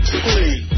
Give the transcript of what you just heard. Please